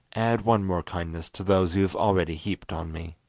add one more kindness to those you have already heaped on me.